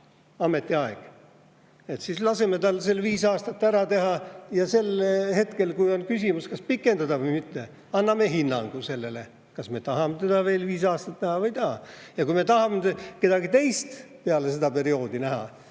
ametiaeg, siis laseme tal need viis aastat ära teha, ja sel hetkel, kui on küsimus, kas pikendada [ametiaega] või mitte, anname hinnangu sellele, kas me tahame teda veel viis aastat näha või ei taha. Ja kui me tahame peale seda perioodi näha